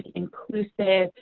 inclusive,